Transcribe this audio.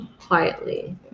Quietly